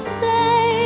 say